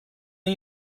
این